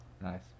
Nice